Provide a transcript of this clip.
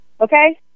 Okay